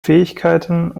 fähigkeiten